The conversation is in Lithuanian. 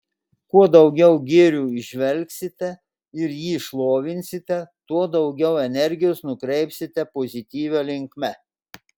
kuo daugiau gėrio įžvelgsite ir jį šlovinsite tuo daugiau energijos nukreipsite pozityvia linkme